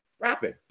rapping